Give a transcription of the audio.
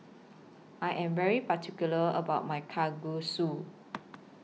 I Am very particular about My Kalguksu